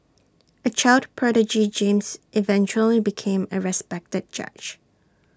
A child prodigy James eventually became A respected judge